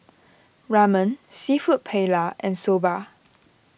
Ramen Seafood Paella and Soba